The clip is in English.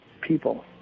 people